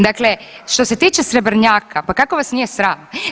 Dakle, što se tiče Srebrnjaka pa kako vas nije sram.